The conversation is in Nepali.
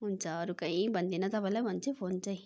हुन्छ अरू काहीँ भन्दिनँ तपाईँलाई भन्छु है फोन चाहिँ